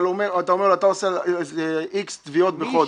אבל אתה אומר לו אתה עושה X תביעות בחודש.